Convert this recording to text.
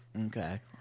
okay